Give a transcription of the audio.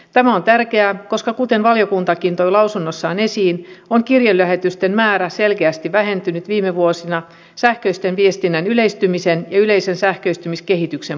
tämä on tärkeää koska kuten valiokuntakin toi lausunnossaan esiin on kirjelähetysten määrä selkeästi vähentynyt viime vuosina sähköisen viestinnän yleistymisen ja yleisen sähköistymiskehityksen vuoksi